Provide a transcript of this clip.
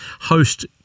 host